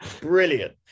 brilliant